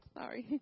sorry